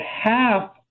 half